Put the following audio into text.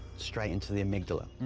straight into the amygdala.